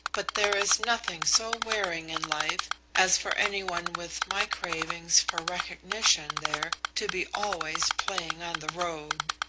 but there is nothing so wearing in life as for any one with my cravings for recognition there to be always playing on the road.